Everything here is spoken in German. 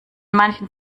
manchen